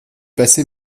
passé